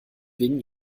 wegen